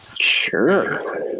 Sure